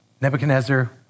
Nebuchadnezzar